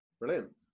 Brilliant